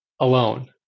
alone